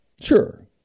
Sure